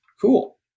Cool